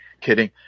kidding